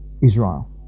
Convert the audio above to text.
Israel